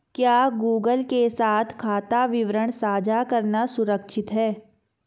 क्या गूगल के साथ खाता विवरण साझा करना सुरक्षित है?